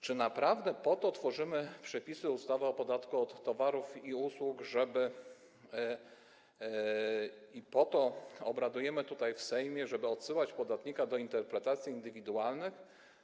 Czy naprawdę po to tworzymy przepisy ustawy o podatku od towarów i usług i po to obradujemy tutaj, w Sejmie, żeby odsyłać podatnika do interpretacji indywidualnych?